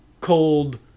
cold